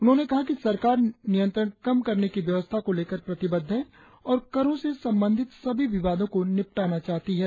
उन्होंने कहा कि सरकार नियंत्रण कम करने की व्यवस्था को लेकर प्रतिबद्ध है और करों से संबंधित सप्री विवादों को निपटाना चाहती है